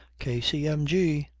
k c m g!